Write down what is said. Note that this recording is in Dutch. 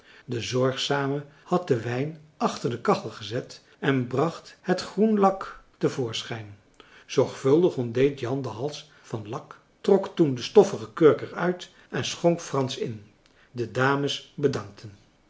de zorgzame had den wijn achter de kachel gezet en bracht het groenlak te voorschijn zorgvuldig ontdeed jan den hals van lak trok toen de stoffige kurk er uit en schonk frans in de dames bedankten